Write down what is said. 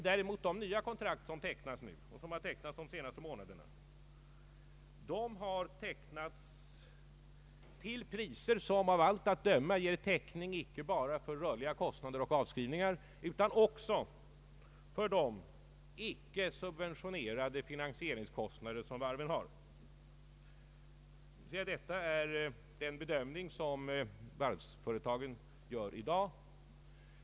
De nya kontrakt som nu tecknas och som har tecknats under de senaste månaderna har däremot tecknats till priser som av allt att döma ger täckning inte bara för rörliga kostnader och avskrivningar utan också för de icke subventionerade finansieringskostnader som varven har. Detta är den bedömning som varvsföretagen gör i dag.